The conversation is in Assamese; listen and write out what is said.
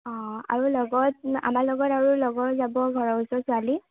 অ আৰু লগত আমাৰ লগত আৰু লগৰ যাব ঘৰৰ ওচৰৰ ছোৱালী